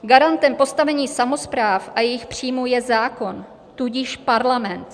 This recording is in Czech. Garantem postavení samospráv a jejich příjmů je zákon, tudíž Parlament.